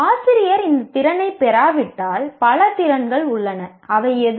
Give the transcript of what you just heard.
ஆசிரியர் இந்த திறனைப் பெறாவிட்டால் பல திறன்கள் உள்ளன அவை எது